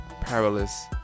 paralysis